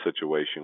situation